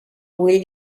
will